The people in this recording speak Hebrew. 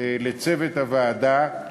לצוות הוועדה,